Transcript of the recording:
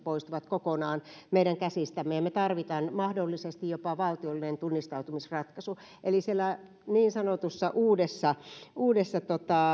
poistuvat kokonaan meidän käsistämme ja me tarvitsemme mahdollisesti jopa valtiollisen tunnistautumisratkaisun eli siellä niin sanotussa uudessa uudessa